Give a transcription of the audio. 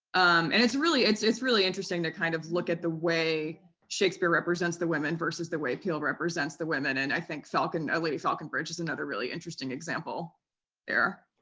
and it's really it's it's really interesting to kind of look at the way shakespeare represents the women, versus the way peele represents the women and i think falcon lady falconbridge is another really interesting example there.